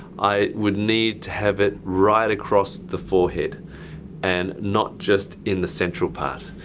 i would need to have it right across the forehead and not just in the central part.